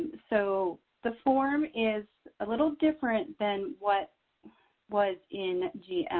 so the form is a little different than what was in gms.